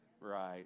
Right